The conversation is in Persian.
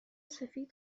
سفید